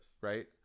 right